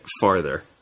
farther